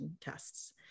tests